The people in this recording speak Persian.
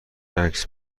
عکس